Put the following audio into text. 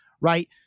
right